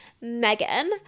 Megan